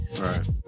Right